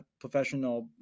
professional